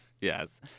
Yes